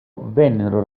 vennero